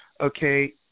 okay